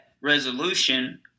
resolution